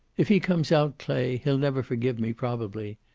if he comes out, clay, he'll never forgive me, probably.